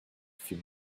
few